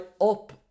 up